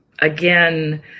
again